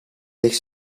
ligt